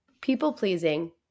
people-pleasing